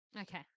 Okay